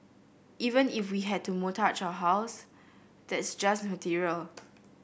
even if we had to mortgage our house that's just material